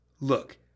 Look